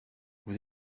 vous